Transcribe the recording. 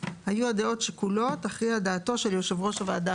היו הדעות שקולות, תכריע דעתו של יושב ראש הוועדה